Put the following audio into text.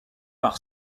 par